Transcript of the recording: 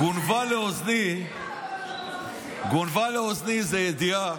גונבה לאוזני איזו ידיעה,